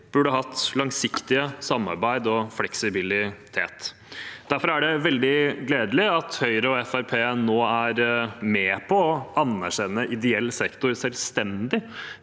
burde hatt langsiktig samarbeid og fleksibilitet. Derfor er det veldig gledelig at Høyre og Fremskrittspartiet nå er med på å anerkjenne ideell sektor som selvstendig